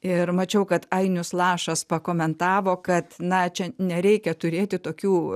ir mačiau kad ainius lašas pakomentavo kad na čia nereikia turėti tokių